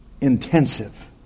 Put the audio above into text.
Intensive